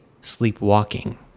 sleepwalking